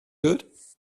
good